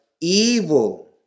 evil